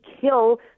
kill